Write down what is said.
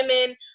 women